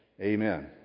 Amen